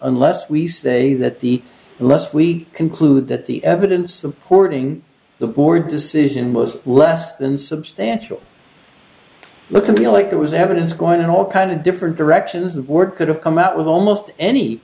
unless we say that the less we conclude that the evidence supporting the board decision was less than substantial look to me like there was evidence going in all kinds of different directions the board could have come out with almost any